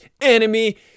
enemy